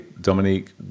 dominique